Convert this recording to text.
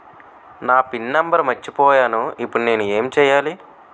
నా pin number మర్చిపోయాను ఇప్పుడు నేను ఎంచేయాలి?